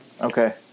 Okay